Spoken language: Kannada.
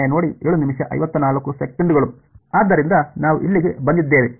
ಆದ್ದರಿಂದ ನಾವು ಇಲ್ಲಿಗೆ ಬಂದಿದ್ದೇವೆ